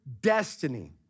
destiny